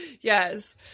Yes